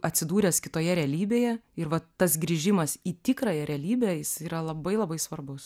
atsidūręs kitoje realybėje ir va tas grįžimas į tikrąją realybę jis yra labai labai svarbus